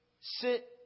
sit